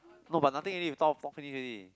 no but nothing already we talk finish already